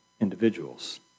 individuals